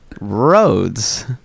roads